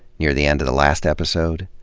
near the end of the last episode.